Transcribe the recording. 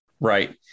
right